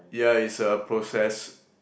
yeah it's a process